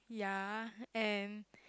ya and